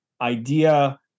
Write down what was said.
idea